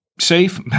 safe